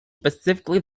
specifically